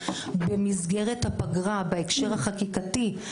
במסגרת הפגרה בהקשר החקיקתי.